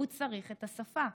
הוא צריך את השפה,